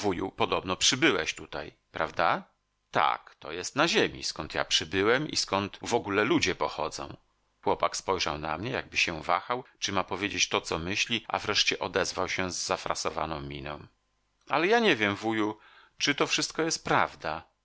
podobno przybyłeś tutaj prawda tak to jest na ziemi skąd ja przybyłem i skąd wogóle ludzie pochodzą chłopak spojrzał na mnie jakby się wahał czy ma powiedzieć to co myśli a wreszcie odezwał się z zafrasowaną miną ale ja nie wiem wuju czy to wszystko jest prawda